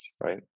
right